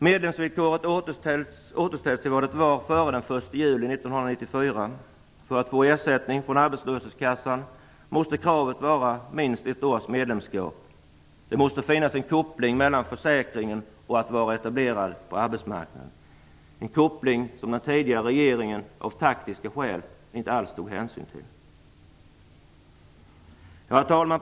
Medlemsvillkoret återställs till vad det var före den 1 juli 1994. För att få ersättning från arbetslöshetskassan måste kravet vara minst ett års medlemskap. Det måste finnas en koppling mellan försäkringen och att vara etablerad på arbetsmarknaden, en koppling som den tidigare regeringen av taktiska skäl inte alls tog hänsyn till. Herr talman!